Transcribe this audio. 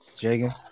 Jagan